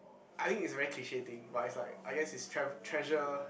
I think it's a very cliche thing but it's like I guess it's tre~ treasure